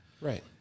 Right